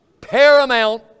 paramount